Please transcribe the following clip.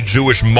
Jewish